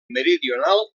meridional